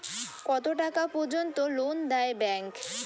কত টাকা পর্যন্ত লোন দেয় ব্যাংক?